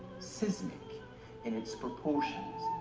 seismic in its proportions,